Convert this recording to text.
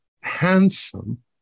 handsome